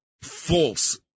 false